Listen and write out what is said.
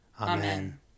Amen